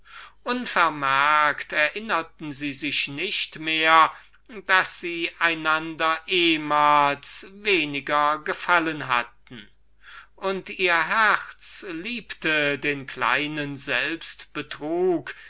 unvermerkt erinnerten sie sich nicht mehr daß sie einander ehmals weniger gefallen hatten und ihr herz liebte den kleinen selbstbetrug